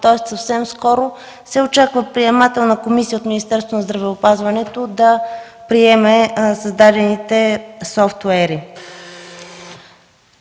тоест съвсем скоро, се очаква приемателна комисия от Министерството на здравеопазването да приеме създадените софтуери.